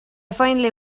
finally